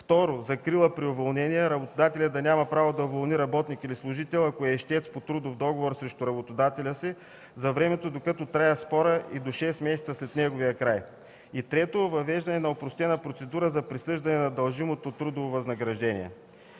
второ, закрила при уволнения – работодателят да няма право да уволни работник или служител, ако е ищец по трудов договор срещу работодателя си за времето, докато трае спорът и до 6 месеца след неговия край, и, трето, въвеждане на опростена процедура за присъждане на дължимото трудово възнаграждение.